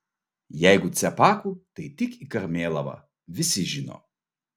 jeigu cepakų tai tik į karmėlavą visi žino